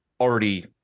already